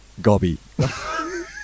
Gobby